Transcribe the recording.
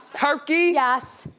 turkey. yes.